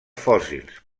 fòssils